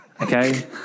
okay